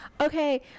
Okay